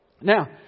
now